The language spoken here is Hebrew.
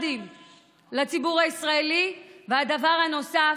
מיליארדים לציבור הישראלי, והדבר הנוסף,